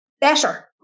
better